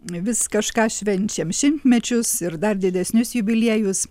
vis kažką švenčiam šimtmečius ir dar didesnius jubiliejus